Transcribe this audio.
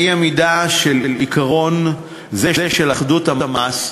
אי-עמידה על עיקרון זה של אחידות המס,